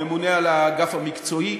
הממונה על האגף המקצועי,